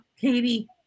Katie